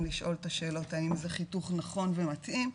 לשאול את השאלות האם זה חיתוך נכון ומתאים?